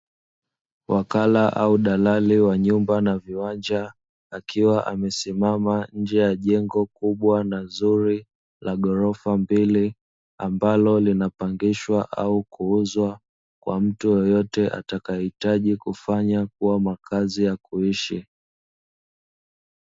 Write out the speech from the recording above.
Wakala au dalali wa nyumba na viwanja, akiwa amesimama nje ya jengo kubwa na zuri la ghorofa mbili ambalo linapangishwa au kuuzwa kwa mtu yoyote atakaehitaji kufanya kuwa makazi ya kuishi.